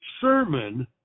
sermon